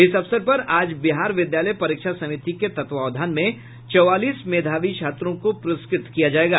इस अवसर पर आज बिहार विद्यालय परीक्षा समिति के तत्वावधान में चौवालीस मेधावी छात्रों को पुरस्कृत किया जायेगा